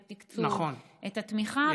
את התקצוב ואת התמיכה,